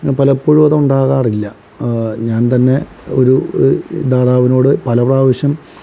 പലപ്പോഴും അത് ഉണ്ടാകാറില്ല ഞാൻ തന്നെ ഒരു ദാതാവിനോട് പലപ്രാവശ്യം